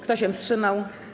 Kto się wstrzymał?